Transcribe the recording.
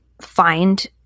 find